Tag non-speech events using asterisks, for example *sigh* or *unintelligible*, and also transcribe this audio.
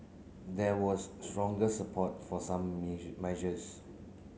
there was stronger support for some *unintelligible* measures